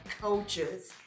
coaches